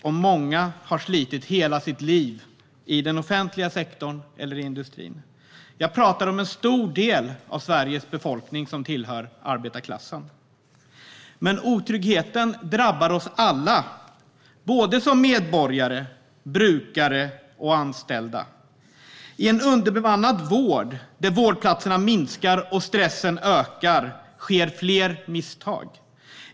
Många av dem har slitit i hela sitt liv i den offentliga sektorn eller i industrin. Jag pratar om en stor del av Sveriges befolkning som tillhör arbetarklassen. Men otryggheten drabbar oss alla som medborgare, brukare och anställda. I en underbemannad vård där vårdplatserna minskar och stressen ökar sker fler misstag.